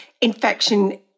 infection